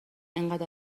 انقد